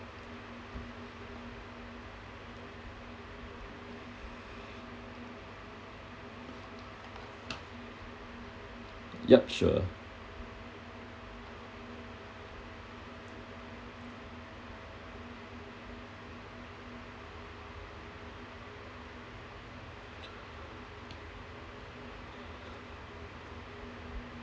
yup sure